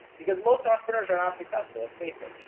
because most entrepreneurs are not successful. let's face it.